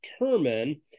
determine